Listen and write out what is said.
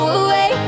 away